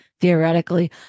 theoretically